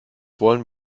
wollen